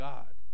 God